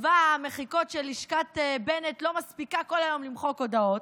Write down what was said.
צבא המחיקות של לשכת בנט לא מספיק כל היום למחוק הודעות.